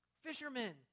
Fishermen